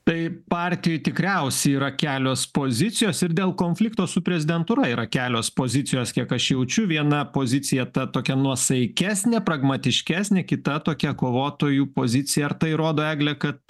tai partijų tikriausiai yra kelios pozicijos ir dėl konflikto su prezidentūra yra kelios pozicijos kiek aš jaučiu viena pozicija ta tokia nuosaikesnė pragmatiškesnė kita tokia kovotojų pozicija ar tai rodo egle kad